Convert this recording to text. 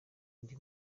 undi